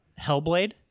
Hellblade